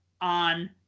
on